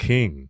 King